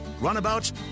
runabouts